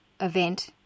event